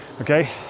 okay